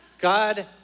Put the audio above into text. God